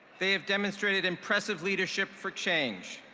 they have demonstrated impressive leadership for change,